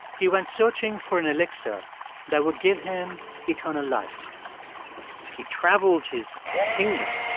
he went searching for an elixir that would give him eternal life he traveled his kingdom,